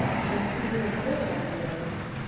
and speaking of search engines